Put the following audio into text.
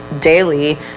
daily